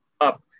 up